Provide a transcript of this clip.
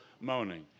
moaning